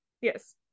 Yes